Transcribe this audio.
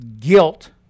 guilt